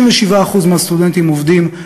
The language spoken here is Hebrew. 67% מהסטודנטים עובדים,